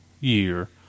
Year